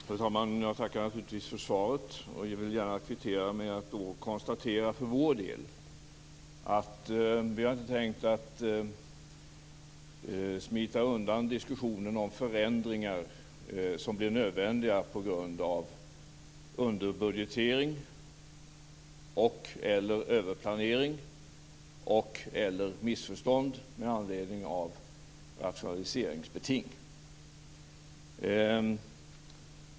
Fru talman! Jag tackar naturligtvis för svaret. Jag vill gärna kvittera med att konstatera att vi för vår del inte har tänkt smita undan diskussionen om de förändringar som blev nödvändiga på grund av underbudgetering och eller missförstånd med anledning av rationaliseringsbeting.